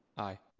i.